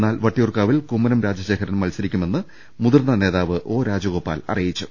എന്നാൽ വട്ടിയൂർക്കാവിൽ കുമ്മനം രാജശേഖരൻ മത്സരിക്കു മെന്ന് മുതിർന്ന നേതാവ് ഒ രാജഗോപാൽ അറിയിച്ചു